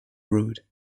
road